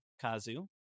Kazu